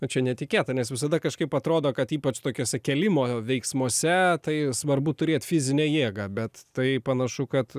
na čia netikėta nes visada kažkaip atrodo kad ypač tokiose kėlimo veiksmuose tai svarbu turėt fizinę jėgą bet tai panašu kad